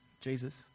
Jesus